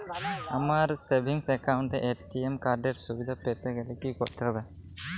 আমার savings account এ ATM card এর সুবিধা পেতে গেলে কি করতে হবে?